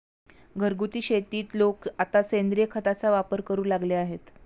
घरगुती शेतीत लोक आता सेंद्रिय खताचा वापर करू लागले आहेत